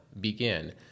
begin